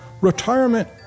Retirement